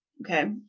Okay